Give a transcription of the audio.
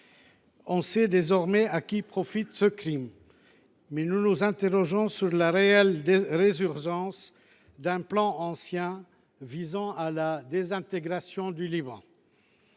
On sait désormais à qui profite ce crime ! Nous nous interrogeons sur la réelle résurgence d’un plan ancien visant à la désintégration du Liban.